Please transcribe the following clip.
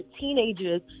teenagers